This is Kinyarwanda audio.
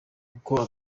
uko